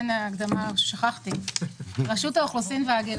שכחתי להקדים, רשות האוכלוסין וההגירה